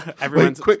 everyone's